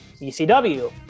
ECW